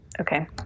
Okay